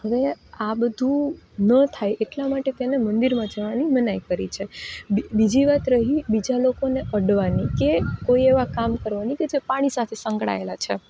હવે આ બધું ન થાય એટલા માટે તેને મંદિરમાં જવાની મનાઈ કરી છે અને બીજી વાત બીજા લોકોને અડવાની કે કોઇ એવા કામ કરવાથી જે પાણી સાથે સંકળાયેલા છે